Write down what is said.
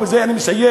ובזה אני מסיים,